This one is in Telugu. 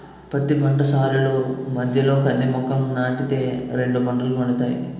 పత్తి పంట సాలుల మధ్యలో కంది మొక్కలని నాటి తే రెండు పంటలు పండుతాయి